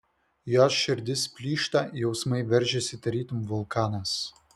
jos širdis plyšta jausmai veržiasi tarytum vulkanas